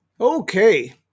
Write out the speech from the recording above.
okay